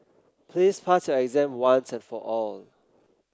please pass your exam once and for all